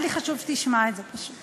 היה לי חשוב שתשמע את זה פשוט.